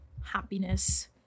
happiness